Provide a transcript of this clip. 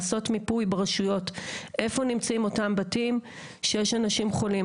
לעשות מיפוי ברשויות איפה נמצאים אותם בתים שיש אנשים חולים,